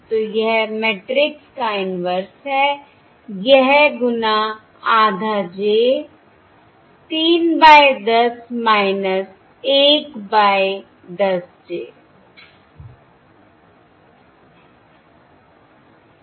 तो यह मैट्रिक्स का इनवर्स है यह गुना आधा j 3 बाय 10 1 बाय 10 j